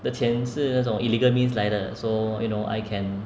的钱是那种 illegal means 来的 so you know I can